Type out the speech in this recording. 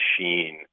machine